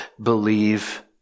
believe